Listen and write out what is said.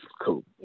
cool